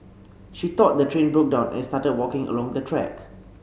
she thought the train broke down and started walking along the track